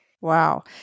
Wow